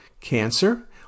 cancer